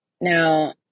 Now